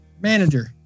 manager